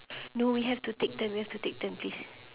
no we have to take turn we have to take turn please